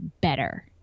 better